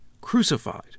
crucified